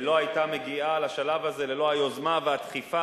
לא היתה מגיעה לשלב הזה ללא היוזמה והדחיפה